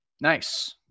Nice